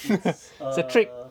it's a